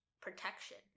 protection